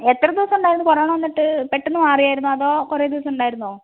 എത്ര ദിവസം ഉണ്ടായിരുന്നു കൊറോണ വന്നിട്ട് പെട്ടെന്ന് മാറിയായിരുന്നോ അതോ കുറെ ദിവസം ഉണ്ടായിരുന്നോ